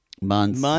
Months